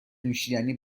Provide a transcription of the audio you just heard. نوشیدنی